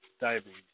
diabetes